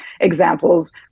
examples